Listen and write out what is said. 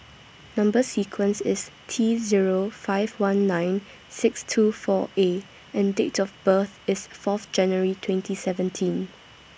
Number sequence IS T Zero five one nine six two four A and Date of birth IS Fourth January twenty seventeen